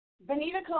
Benita